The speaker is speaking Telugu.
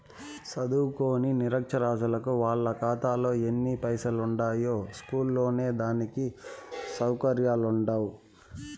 సదుంకోని నిరచ్చరాసులకు వాళ్ళ కాతాలో ఎన్ని పైసలుండాయో సూస్కునే దానికి సవుకర్యాలుండవ్